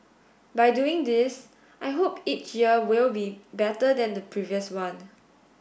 by doing this I hope each year will be better than the previous one